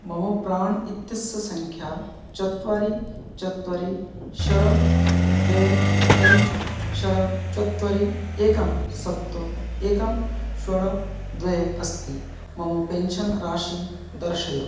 मम प्रान् इत्यस्य सङ्ख्या चत्वरि चत्वरि षड् द्वय पञ्च षड् चत्वरि एकम् सप्तो एकम् षड् द्वे अस्ति मम पेन्शन् राशिं दर्शय